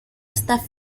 esta